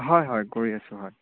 হয় হয় কৰি আছোঁ হয়